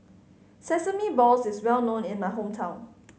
sesame balls is well known in my hometown